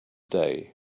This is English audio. day